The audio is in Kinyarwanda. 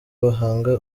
bahanga